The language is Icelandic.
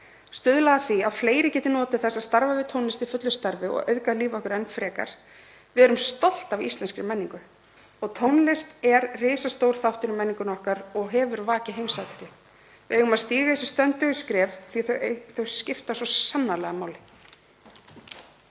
stuðla að því að fleiri geti notið þess að starfa við tónlist í fullu starfi og auðga líf okkar enn frekar. Við erum stolt af íslenskri menningu og tónlist er risastór þáttur í menningunni okkar og hefur vakið heimsathygli. Við eigum að stíga þessi stöndugu skref því að þau skipta svo sannarlega máli.